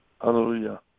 Hallelujah